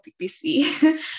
PPC